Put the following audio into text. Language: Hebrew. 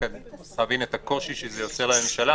רק צריך להבין את הקושי שזה יוצר לממשלה,